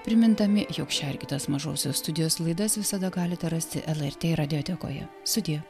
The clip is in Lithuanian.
primindami jog šią ir kitas mažosios studijos laidas visada galite rasti lrt radiotekoje sudie